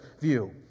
view